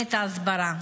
במלחמת ההסברה.